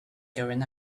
going